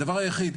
בדרך כלל